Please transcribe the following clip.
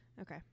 Okay